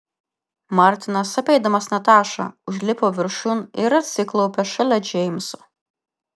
martinas apeidamas natašą užlipo viršun ir atsiklaupė šalia džeimso